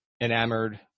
enamored